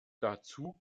dazu